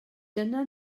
dyna